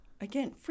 again